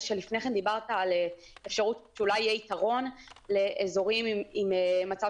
לפני כן דיברת על אפשרות שאולי יהיה יתרון לאזורים עם מצב